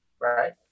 right